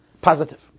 positive